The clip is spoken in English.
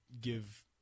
give